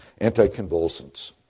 Anticonvulsants